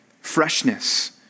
freshness